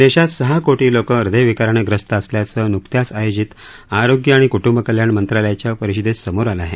देशात सहा कोटी लोकं हृदयविकारानं ग्रस्त असल्याचं नुकत्याच आयोजित आरोग्य आणि कुटुंबकल्याण मंत्रालयाच्या परिषदेत समोर आलं आहे